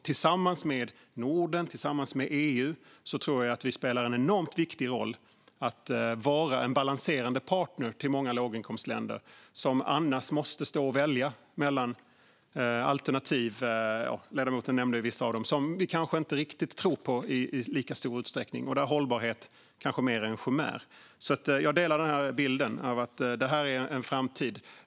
Tillsammans med Norden och med EU tror jag att Sverige spelar en enormt viktig roll i att vara en balanserande partner till många låginkomstländer, som annars måste stå och välja mellan alternativ - ledamoten nämnde vissa av dem - som vi inte riktigt tror på i lika stor utsträckning och där hållbarhet kanske är mer av en chimär. Jag delar bilden av att det här är en framtid.